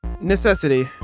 Necessity